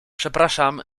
przepraszam